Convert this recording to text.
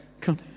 Come